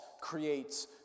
creates